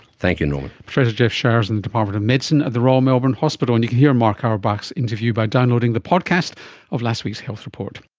thank you norman. jeff szer is in the department of medicine at the royal melbourne hospital, and you can hear mark awerbuch's interview by downloading the podcast of last week's health report